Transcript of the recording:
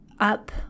up